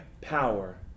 power